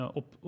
op